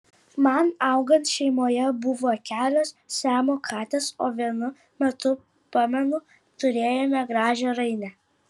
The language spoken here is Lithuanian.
man augant šeimoje buvo kelios siamo katės o vienu metu pamenu turėjome gražią rainę